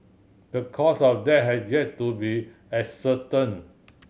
the cause of death has yet to be ascertained